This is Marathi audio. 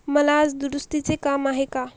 मला आज दुरुस्तीचे काम आहे का